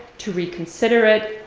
to reconsider it,